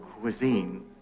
cuisine